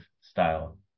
style